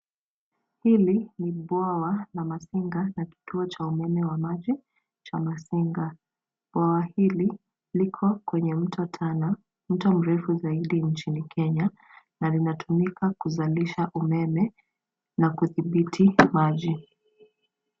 Hili ni Bwawa na Masinga na Kituo cha umeme wa maji cha Masinga. Bwawa hili liko kwenye Mto Tana, mto mrefu zaidi nchini Kenya, na linatumika kuzalisha umeme na kudhibiti maji.